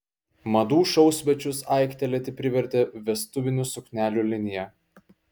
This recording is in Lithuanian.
madų šou svečius aiktelėti privertė vestuvinių suknelių linija